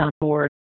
board